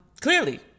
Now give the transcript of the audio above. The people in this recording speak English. clearly